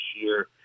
year